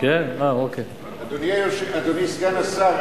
אדוני סגן השר,